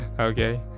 okay